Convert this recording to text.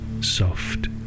soft